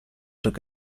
took